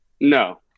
no